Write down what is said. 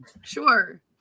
sure